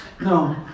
No